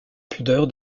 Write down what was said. pudeur